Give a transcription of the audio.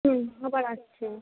হুম আবার আসছে